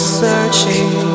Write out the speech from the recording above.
searching